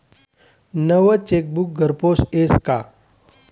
नवं चेकबुक घरपोच यस का?